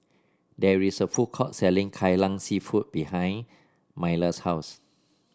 there is a food court selling Kai Lan seafood behind Myla's house